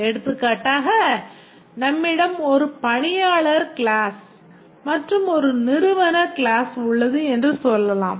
எடுத்துக்காட்டாக நம்மிடம் ஒரு பணியாளர் கிளாஸ் மற்றும் ஒரு நிறுவன கிளாஸ் உள்ளது என்று சொல்லலாம்